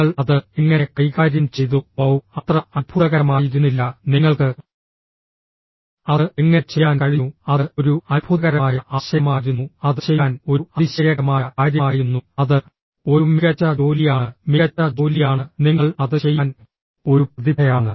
നിങ്ങൾ അത് എങ്ങനെ കൈകാര്യം ചെയ്തു വൌ അത്ര അത്ഭുതകരമായിരുന്നില്ല നിങ്ങൾക്ക് അത് എങ്ങനെ ചെയ്യാൻ കഴിഞ്ഞു അത് ഒരു അത്ഭുതകരമായ ആശയമായിരുന്നു അത് ചെയ്യാൻ ഒരു അതിശയകരമായ കാര്യമായിരുന്നു അത് ഒരു മികച്ച ജോലിയാണ് മികച്ച ജോലിയാണ് നിങ്ങൾ അത് ചെയ്യാൻ ഒരു പ്രതിഭയാണ്